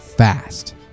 fast